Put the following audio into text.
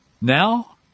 Now